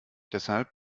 deshalb